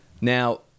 Now